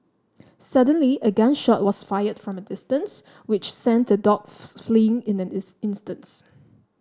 suddenly a gun shot was fired from a distance which sent the dogs fleeing in an instant